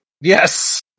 Yes